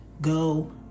go